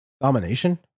Domination